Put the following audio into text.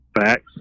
Facts